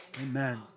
Amen